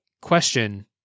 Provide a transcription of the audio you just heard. question